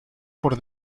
por